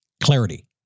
clarity